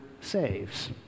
saves